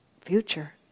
future